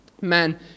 Man